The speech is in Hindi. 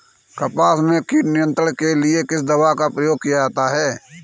कपास में कीट नियंत्रण के लिए किस दवा का प्रयोग किया जाता है?